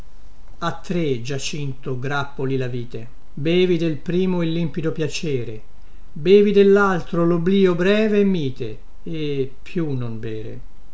ha tre giacinto grappoli la vite bevi del primo il limpido piacere bevi dellaltro loblio breve e mite e più non bere